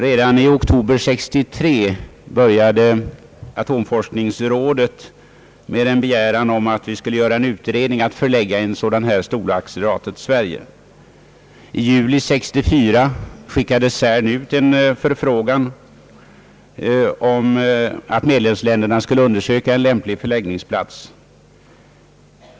Redan i oktober 1963 begärde atomforskningsrådet att vi skulle göra en utredning om att förlägga en sådan här storaccelerator till Sverige. I juli 1964 skickade CERN ut en begäran att medlemsländerna skulle undersöka en lämplig förläggningsplats.